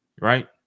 right